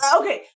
okay